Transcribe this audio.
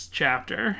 chapter